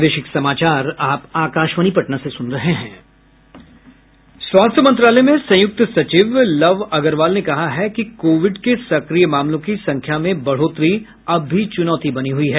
स्वास्थ्य मंत्रालय में संयुक्त सचिव लव अग्रवाल ने कहा है कि कोविड के सक्रिय मामलों की संख्या में बढ़ोतरी अब भी चुनौती बनी हुई है